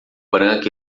branca